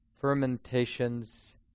fermentations